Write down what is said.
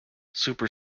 super